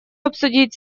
обсудить